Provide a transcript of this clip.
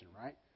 right